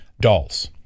dolls